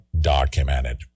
documented